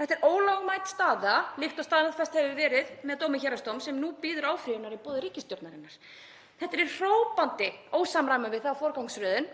Þetta er ólögmæt staða líkt og staðfest hefur verið með dómi héraðsdóms sem nú bíður áfrýjunar í boði ríkisstjórnarinnar. Þetta er í hrópandi ósamræmi við þá forgangsröðun